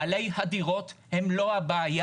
בעלי הדירות הם לא הבעיה,